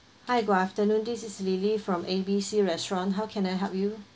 hi good afternoon this is lily from A B C restaurant how can I help you